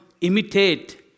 imitate